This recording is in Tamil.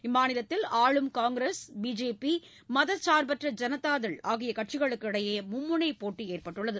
இம்மாநிலத்தில் ஆளும் காங்கிரஸ் பிஜேபி மதச்சார்பற்ற ஜனதாதள் ஆகிய கட்சிகளுக்கு இடையே மும்முனைப் போட்டி ஏற்பட்டுள்ளது